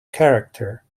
character